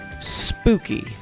spooky